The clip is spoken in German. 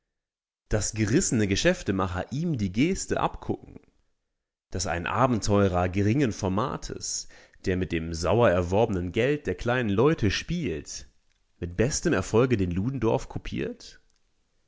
daß gerissene geschäftemacher ihm die geste abgucken daß ein abenteurer geringen formates der mit dem sauer erworbenen geld der kleinen leute spielt mit bestem erfolge den ludendorff kopiert